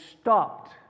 stopped